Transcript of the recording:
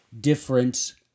difference